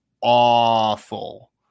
awful